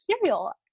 cereal